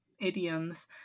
idioms